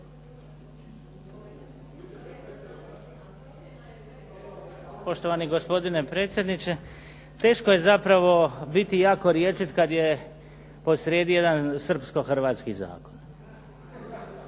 Poštovani gospodine predsjedniče. Teško je zapravo biti jako rječit kad je posrijedi jedan srpsko-hrvatski zakon.